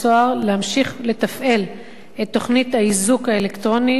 את תוכנית האיזוק האלקטרוני ללא הסדרה חוקית מהותית,